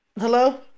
Hello